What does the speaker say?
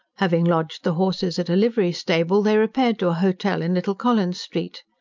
having lodged the horses at a livery-stable, they repaired to a hotel in little collins street.